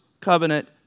covenant